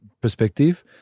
perspective